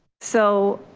so,